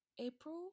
April